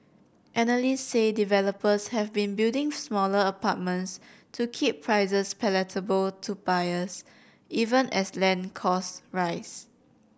analysts say developers have been building smaller apartments to keep prices palatable to buyers even as land costs rise